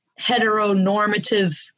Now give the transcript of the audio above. heteronormative